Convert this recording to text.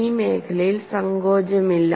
ഈ മേഖലയിൽ സങ്കോചമില്ല